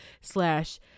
slash